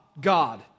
God